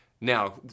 Now